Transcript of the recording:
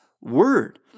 word